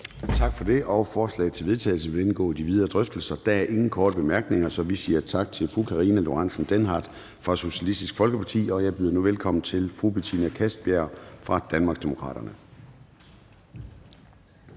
Tak for det. Forslaget til vedtagelse vil indgå i de videre drøftelser. Der er ingen korte bemærkninger, så vi siger tak til fru Karina Lorentzen Dehnhardt fra Socialistisk Folkeparti. Og jeg byder nu velkommen til fru Betina Kastbjerg fra Danmarksdemokraterne.